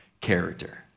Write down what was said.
character